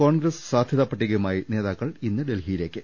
കോൺഗ്രസ് സാധൃതാപട്ടികയുമായി നേതാക്കൾ ഇന്ന് ഡൽഹിയിലേക്ക്